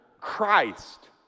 Christ